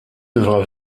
devra